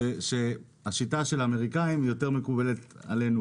שהשיטה של האמריקאים יותר מקובלת עלינו,